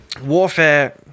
Warfare